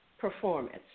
performance